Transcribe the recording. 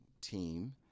team